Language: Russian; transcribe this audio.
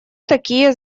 такие